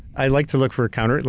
i like to look for a counter.